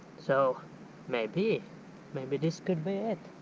so maybe maybe this could be it